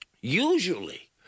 usually